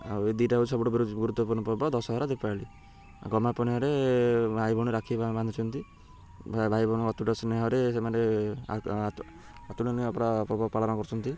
ଆଉ ଏ ଦୁଇଟା ହେଉଛି ସବୁଠୁ ଗୁରୁତ୍ୱପୂର୍ଣ୍ଣ ପର୍ବ ଦଶହରା ଦୀପାବଳି ଆଉ ଗହ୍ମାପୁର୍ଣିମାରେ ଭାଇ ଭଉଣୀ ରାକ୍ଷୀ ବାନ୍ଧୁଛନ୍ତି ଭାଇ ଭଉଣୀ ଅତୁଟ ସ୍ନେହରେ ସେମାନେ ପର୍ବ ପାଳନ କରୁଛନ୍ତି